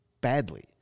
badly